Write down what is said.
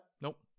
Nope